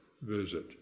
visit